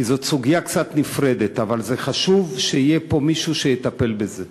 כי זאת סוגיה קצת נפרדת אבל זה חשוב שיהיה פה מישהו שיטפל בזה: